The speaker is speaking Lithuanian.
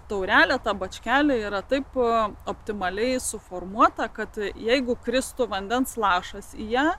taurelė ta bačkelė yra taipogi optimaliai suformuota kad jeigu kristų vandens lašas į ją